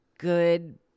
good